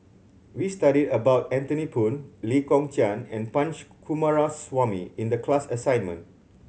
we studied about Anthony Poon Lee Kong Chian and Punch Coomaraswamy in the class assignment